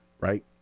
Right